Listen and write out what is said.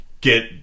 get